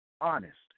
honest